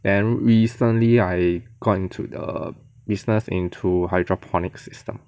and recently I gone to the business into hydroponics system